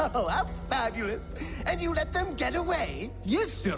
oh i'm fabulous and you let them get away yes, sir.